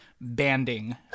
banding